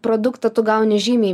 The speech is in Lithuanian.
produktą tu gauni žymiai